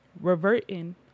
Reverting